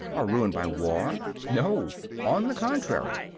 or ruined by war. no on the contrary,